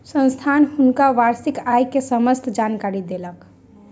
संस्थान हुनका वार्षिक आय के समस्त जानकारी देलक